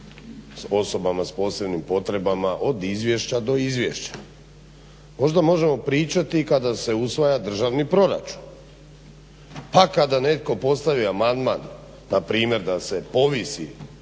s osobama s posebnim potrebama od izvješća do izvješća. Možda možemo pričati kada se usvaja državni proračun. Pa kada netko postavi amandman npr. da se povisi